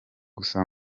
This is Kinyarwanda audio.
gusa